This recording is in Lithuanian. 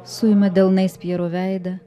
suima delnais pjero veidą